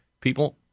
people